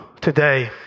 Today